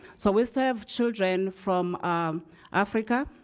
so we serve children from africa,